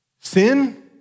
sin